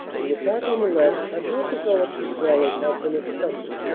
the attack on the left had not devel oped as well as had been expected,